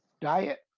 diet